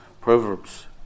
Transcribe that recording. Proverbs